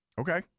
Okay